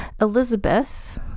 Elizabeth